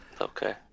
Okay